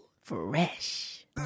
Fresh